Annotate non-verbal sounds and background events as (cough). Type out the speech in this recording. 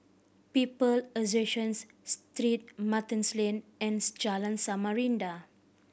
People Associations Street Martin's Lane and (unintelligible) Jalan Samarinda